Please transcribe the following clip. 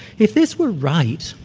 if this were right,